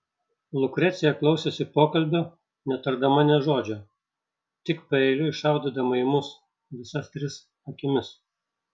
lukrecija klausėsi pokalbio netardama žodžio tik paeiliui šaudydama į mus visas tris akimis